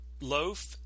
Loaf